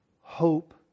hope